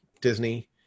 Disney